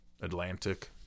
Atlantic